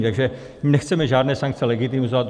Takže my nechceme žádné sankce legitimizovat.